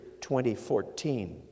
2014